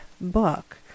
book